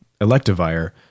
Electivire